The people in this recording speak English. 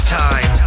time